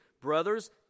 brothers